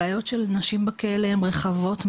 הבעיות של נשים בכלא הן מאוד רחבות,